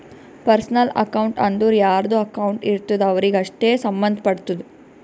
personal account ಅಂದುರ್ ಯಾರ್ದು account ಇರ್ತುದ್ ಅವ್ರಿಗೆ ಅಷ್ಟೇ ಸಂಭಂದ್ ಪಡ್ತುದ